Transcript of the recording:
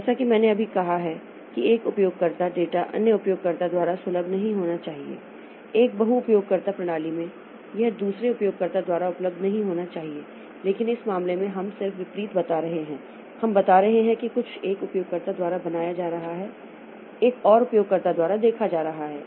जैसा कि मैंने अभी कहा है कि एक उपयोगकर्ता डेटा अन्य उपयोगकर्ता द्वारा सुलभ नहीं होना चाहिए एक बहु उपयोगकर्ता प्रणाली में यह दूसरे उपयोगकर्ता द्वारा उपलब्ध नहीं होना चाहिए लेकिन इस मामले में हम सिर्फ विपरीत बता रहे हैं हम बता रहे हैं कि कुछ एक उपयोगकर्ता द्वारा बनाया जा रहा है एक और उपयोगकर्ता द्वारा देखा जा रहा है